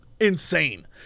insane